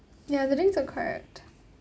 ya the drinks are correct